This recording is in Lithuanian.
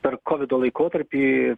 per kovido laikotarpį